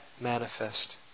manifest